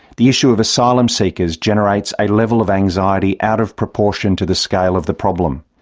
the issue of asylum seekers generates a level of anxiety out of proportion to the scale of the problem.